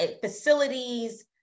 facilities